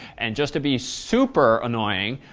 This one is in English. and just to be super annoying,